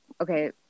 okay